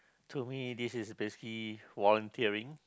to me this is basically volunteering